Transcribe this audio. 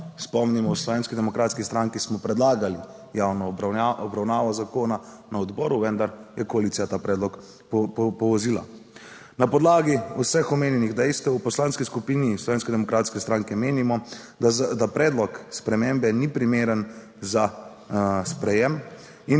demokratski stranki smo predlagali javno obravnavo zakona na odboru, vendar je koalicija ta predlog povozila. Na podlagi vseh omenjenih dejstev v Poslanski skupini Slovenske demokratske stranke menimo, da predlog spremembe ni primeren za sprejem in